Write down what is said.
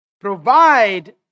provide